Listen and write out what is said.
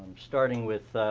starting with